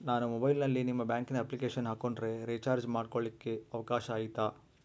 ನಾನು ಮೊಬೈಲಿನಲ್ಲಿ ನಿಮ್ಮ ಬ್ಯಾಂಕಿನ ಅಪ್ಲಿಕೇಶನ್ ಹಾಕೊಂಡ್ರೆ ರೇಚಾರ್ಜ್ ಮಾಡ್ಕೊಳಿಕ್ಕೇ ಅವಕಾಶ ಐತಾ?